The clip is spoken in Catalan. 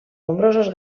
nombrosos